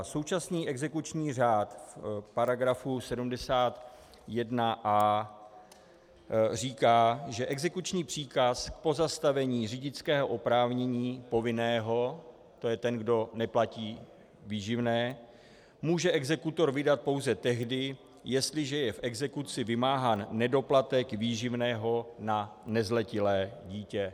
Současný exekuční řád v § 71a říká, že exekuční příkaz pozastavení řidičského oprávnění povinného, tj. ten, kdo neplatí výživné, může exekutor vydat pouze tehdy, jestliže je v exekuci vymáhán nedoplatek výživného na nezletilé dítě.